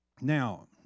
Now